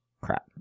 crap